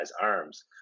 arms